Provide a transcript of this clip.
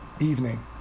evening